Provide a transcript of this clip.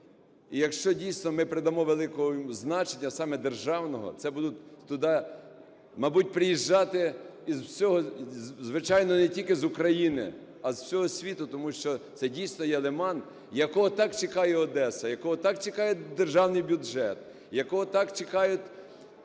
І якщо, дійсно, ми придамо великого значення, саме державного, це будуть туди, мабуть, приїжджати із всього, звичайно, не тільки з України, а з всього світу, тому що це, дійсно, є лиман, якого так чекає Одеса, якого так чекає державний бюджет, якого так чекають